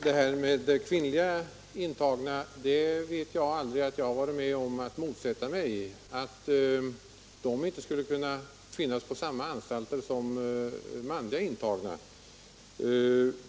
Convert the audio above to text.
Herr talman! Jag vet mig aldrig ha varit med om alt motsätta mig att kvinnliga intagna skulle kunna finnas på samma anstalter som manliga intagna.